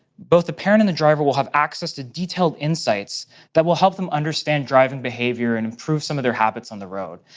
both the parent and the driver will have access to detailed insights that will help them understand driving behavior and improve some of their habits on the road.